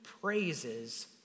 praises